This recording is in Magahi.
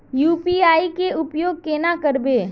यु.पी.आई के उपयोग केना करबे?